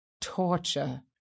Torture